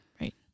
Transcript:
Right